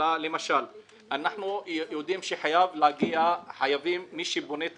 אלא למשל אנחנו יודעים שמי שבונה את